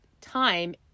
time